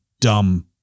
dumb